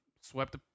swept